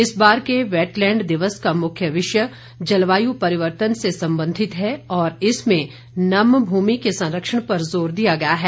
इस बार के वैटलैंड दिवस का मुख्य विषय जलवायु परिवर्तन से संबंधित है और इसमें नम भूमि के संरक्षण पर जोर दिया गया है